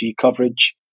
coverage